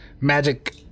magic